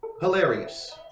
hilarious